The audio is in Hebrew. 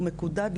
הוא מקודד,